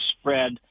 spread